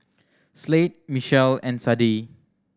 Slade Michell and Sadie